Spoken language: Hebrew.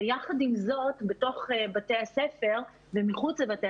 ויחד עם זאת בתוך בתי הספר ומחוץ לבתי